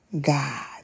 God